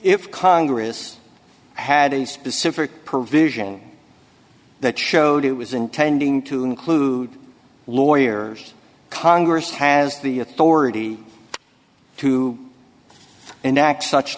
if congress had a specific provision that showed it was intending to include lawyers congress has the authority to enact such